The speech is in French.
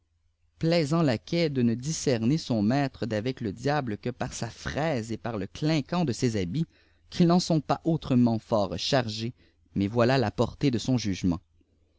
plaisant laquais de ne discerner son maître d'avec le diable que par sa fraisé et par le clinquant de ses habits qui n'en sont pas autrement fort chargés mais voilà la portée de son jugement